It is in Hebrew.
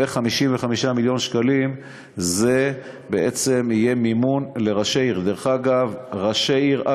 ו-55 מיליון שקלים מימון לראשי עיר.